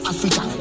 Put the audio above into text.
Africa